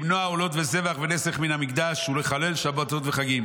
למנוע עולות וזבח ונסך מן המקדש ולחלל שבתות וחגים